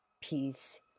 peace